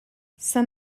saint